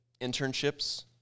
internships